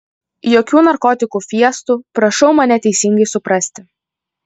jokių narkotikų fiestų prašau mane teisingai suprasti